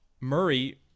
murray